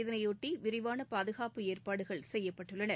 இதனையொட்டி விரிவான பாதுகாப்பு ஏற்பாடுகள் செய்யப்பட்டுள்ளன